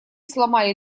сломали